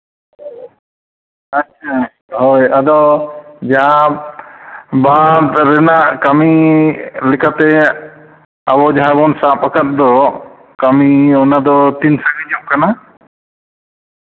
ᱟᱪᱪᱷᱟ ᱦᱳᱭ ᱟᱫᱚ ᱡᱟᱦᱟᱸ ᱵᱟᱸᱫᱽ ᱨᱮᱱᱟᱜ ᱠᱟᱹᱢᱤ ᱞᱮᱠᱟᱛᱮ ᱟᱵᱚ ᱡᱟᱦᱟᱸ ᱵᱚᱱ ᱥᱟᱵ ᱟᱠᱟᱫ ᱫᱚ ᱠᱟᱹᱢᱤ ᱚᱱᱟ ᱫᱚ ᱛᱤᱱ ᱥᱟᱺᱜᱤᱧᱚᱜ ᱠᱟᱱᱟ